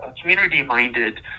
community-minded